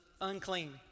unclean